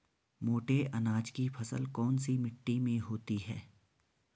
मोटे अनाज की फसल कौन सी मिट्टी में होती है?